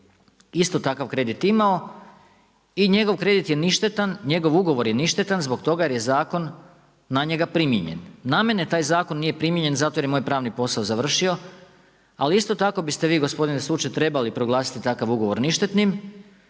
isto takav kredit imao i njegov kredit je ništetan, njegov ugovor je ništetan, zbog toga jer je zakon na njega primijenjen. Na mene taj zakon nije primijenjen zato jer je moj pravni posao završio, ali isto tako biste vi gospodine suče trebali takav ugovor ništetnim